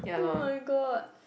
oh my god